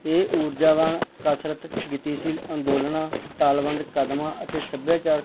ਇਹ ਊਰਜਾਵਾਨ ਕਸਰਤ ਗਤੀਸ਼ੀਲ ਅੰਦੋਲਨ ਤਾਲਬੰਦ ਕਦਮਾਂ ਅਤੇ ਸੱਭਿਆਚਾਰਕ